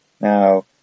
Now